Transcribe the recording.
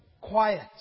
quiet